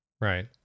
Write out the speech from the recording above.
right